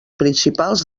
principals